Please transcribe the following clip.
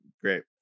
Great